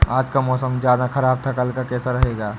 आज का मौसम ज्यादा ख़राब था कल का कैसा रहेगा?